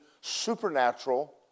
supernatural